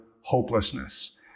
hopelessness